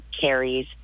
carries